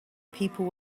people